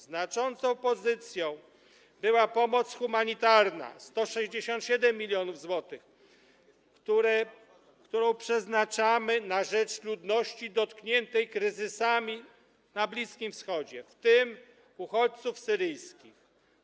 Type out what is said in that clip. Znaczącą pozycją była pomoc humanitarna - 167 mln zł przeznaczyliśmy na rzecz ludności dotkniętej kryzysami na Bliskim Wschodzie, w tym na uchodźców syryjskich.